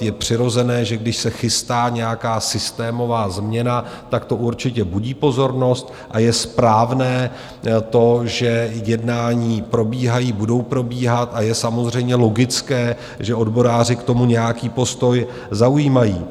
Je přirozené, že když se chystá nějaká systémová změna, tak to určitě budí pozornost, a je správné to, že jednání probíhají, budou probíhat, a je samozřejmě logické, že odboráři k tomu nějaký postoj zaujímají.